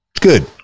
Good